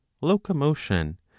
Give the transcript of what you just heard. locomotion